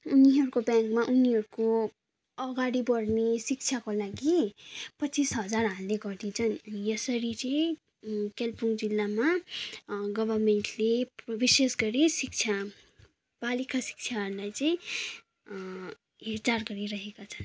उनीहरूको ब्याङ्कमा उनीहरूको अगाडि बढ्ने शिक्षाको लागि पच्चिस हजार हाल्ने गरिदिन्छन् यसरी चाहिँ कालिम्पोङ जिल्लामा गभर्मेन्टले विशेष गरी शिक्षा बालिका शिक्षाहरूलाई चाहिँ हेरचाह गरिरहेका छन्